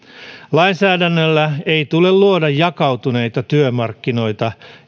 lainsäädännöllä ei tule luoda jakautuneita työmarkkinoita